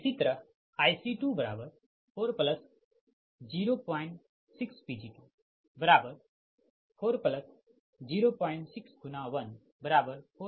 इसी तरह IC2406 Pg2406×10460